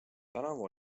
tänavu